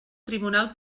tribunal